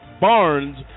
Barnes